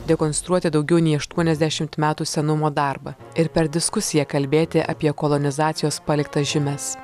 dekonstruoti daugiau nei aštuoniasdešimt metų senumo darbą ir per diskusiją kalbėti apie kolonizacijos paliktas žymes